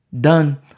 done